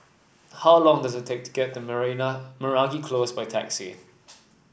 how long does it take to get to Meragi Close by taxi